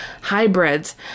hybrids